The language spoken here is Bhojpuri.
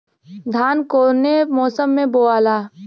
धान कौने मौसम मे बोआला?